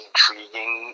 Intriguing